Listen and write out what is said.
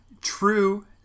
true